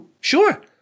Sure